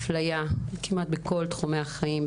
אפליה כמעט בכל תחומי החיים,